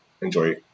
enjoy